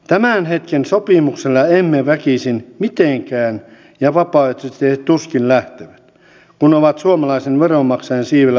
tämän hetken sopimuksella emme väkisin mitenkään ja vapaaehtoisesti he tuskin lähtevät kun ovat suomalaisen veronmaksajan siivellä oppineet elämään